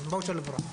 כן, כן, וואוצ'ר לפרט.